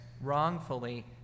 wrongfully